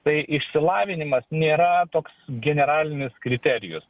tai išsilavinimas nėra toks generalinis kriterijus